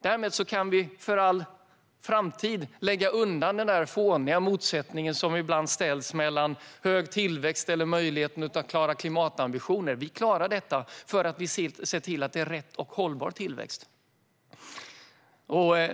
Därmed kan vi för all framtid lägga undan den fåniga motsättning som ibland görs mellan hög tillväxt och möjligheten att klara klimatambitioner. Vi klarar detta eftersom vi ser till att det är rätt och hållbar tillväxt.